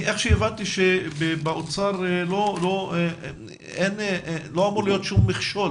איך שהבנתי, באוצר לא אמור להיות שום מכשול